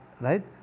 right